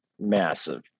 massive